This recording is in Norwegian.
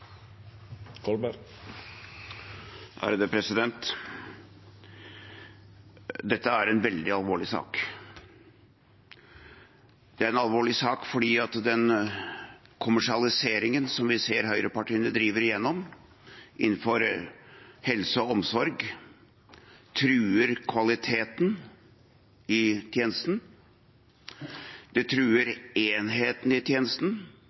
Dette er en veldig alvorlig sak. Det er en alvorlig sak fordi den kommersialiseringen som vi ser høyrepartiene driver igjennom innenfor helse og omsorg, truer kvaliteten i tjenesten. Det truer enheten i